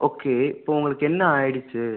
okay இப்போது உங்களுக்கு என்ன ஆயிடுச்சு